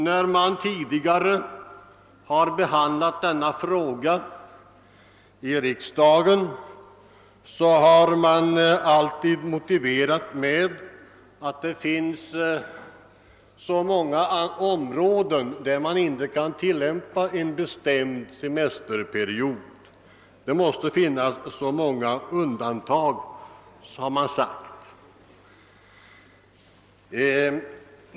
När man tidigare behandlat denna fråga i riksdagen har man alltid motiverat ett avslag med att det finns så många områden där man inte kan tilllämpa en bestämd semesterperiod. Det måste finnas så många undantag, har man sagt.